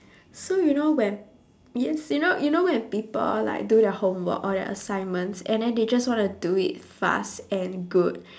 so you know when yes you know you know when people like do their homework or their assignments and then they just wanna do it fast and good